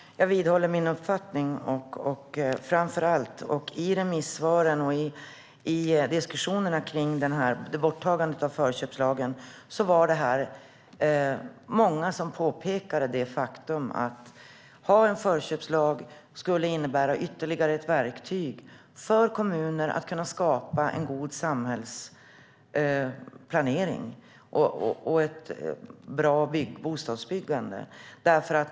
Herr talman! Jag vidhåller min uppfattning. I remissvaren och i diskussionerna om borttagandet av förköpslagen var det många som påpekade det faktum att en förköpslag skulle innebära ytterligare ett verktyg för kommuner att kunna skapa en god samhällsplanering och ett bra bostadsbyggande.